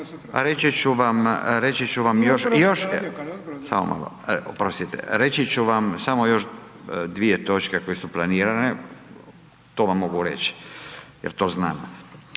reći ću vam samo još dvije točke koje su planirane, to vam reć jer to znam.